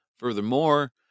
Furthermore